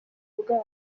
bwacu